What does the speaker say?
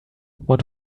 want